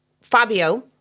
Fabio